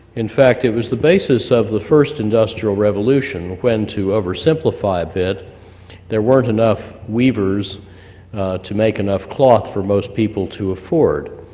in fact, it was the basis of the first industrial revolution when to oversimplify a bit there weren't enough weavers to make enough cloth for most people to afford,